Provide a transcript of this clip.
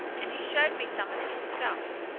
and he showed me some of his stuff.